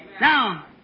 Now